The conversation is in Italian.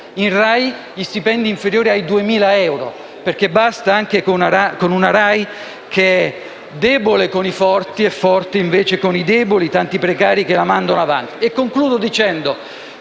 in RAI gli stipendi inferiori ai 2.000 euro, perché bisogna dire basta anche a una RAI che è debole con i forti e forte con i deboli, come i tanti precari che la mandano avanti.